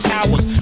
Towers